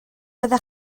fydda